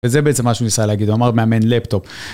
וזה בעצם מה שהוא ניסה להגיד, הוא אמר מאמן לפטופ.